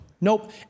Nope